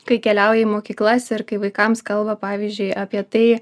kai keliauja į mokyklas ir kai vaikams kalba pavyzdžiui apie tai